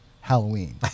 Halloween